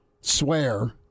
swear